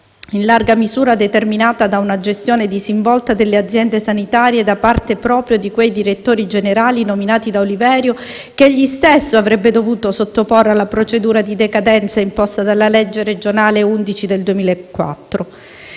in larga misura determinata da una gestione disinvolta delle aziende sanitarie da parte proprio di quei direttori generali nominati da Oliverio, che egli stesso avrebbe dovuto sottoporre alla procedura di decadenza imposta dalla legge regionale n. 11 del 2004.